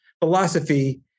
philosophy